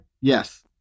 Yes